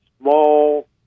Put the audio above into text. small